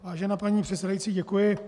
Vážená paní předsedající, děkuji.